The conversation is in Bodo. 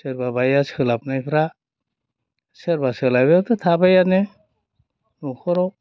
सोरबाबाया सोलाबनायफ्रा सोरबा सोलाबियाथ' थाबायानो न'खराव